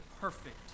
perfect